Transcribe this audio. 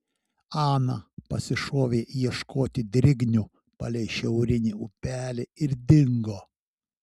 ana pasišovė ieškoti drignių palei šiaurinį upelį ir dingo